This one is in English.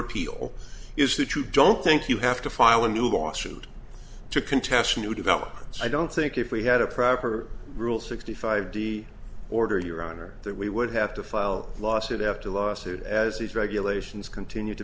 appeal is that you don't think you have to file a new lawsuit to contests it's new developments i don't think if we had a proper rule sixty five d order your honor that we would have to file a lawsuit after lawsuit as these regulations continue to